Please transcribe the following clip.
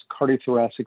Cardiothoracic